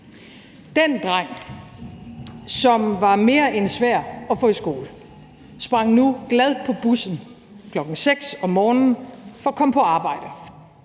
Den dreng, som var mere end svær at få i skole, sprang nu glad på bussen kl. 6.00 om morgenen for at komme på arbejde.